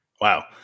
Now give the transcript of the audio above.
Wow